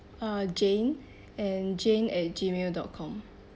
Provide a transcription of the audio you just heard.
uh jane and jane at Gmail dot com